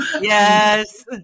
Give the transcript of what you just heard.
yes